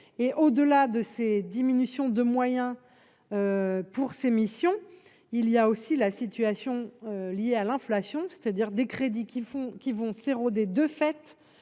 au-delà de ces diminutions de moyens pour ces missions, il y a aussi la situation liée à l'inflation, c'est-à-dire des crédits qui font, qui vont s'éroder de fête